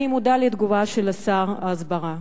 אני מודה על התגובה של שר ההסברה,